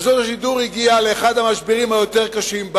רשות השידור הגיעה לאחד המשברים היותר-קשים.